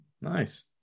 Nice